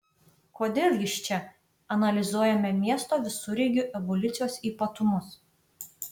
kodėl jis čia analizuojame miesto visureigių evoliucijos ypatumus